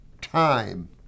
time